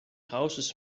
houses